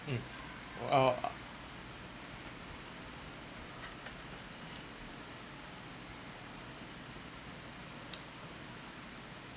mm uh